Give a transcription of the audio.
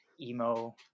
Emo